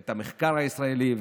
את המחקר הישראלי,